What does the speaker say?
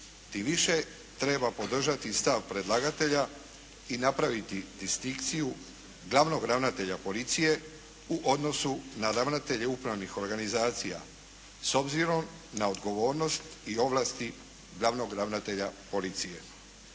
Tim više treba podržati stav predlagatelja i napraviti distinkciju glavnog ravnatelja policije u odnosu na ravnatelje upravnih organizacija s obzirom na odgovornost i ovlasti glavnog ravnatelja policije.